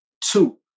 Two